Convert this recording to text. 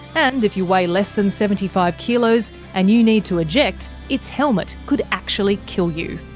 and if you weigh less than seventy five kilos and you need to eject, its helmet could actually kill you.